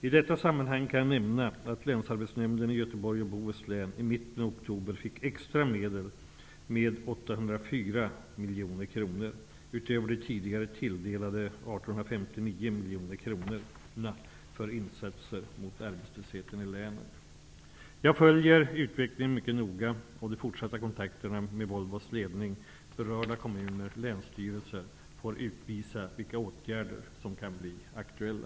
I detta sammanhang kan jag nämna att länsarbetsnämnden i Göteborgs och Bohus län i mitten av oktober fick extra medel med 804 Jag följer utvecklingen mycket noga, och de fortsatta kontakterna med Volvos ledning, berörda kommuner och länstyrelser får utvisa vilka åtgärder som kan bli aktuella.